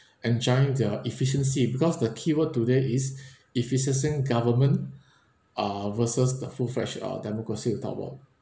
enjoying their efficiency because the key word today is efficiency government uh versus the full-fledged uh democracy we talked about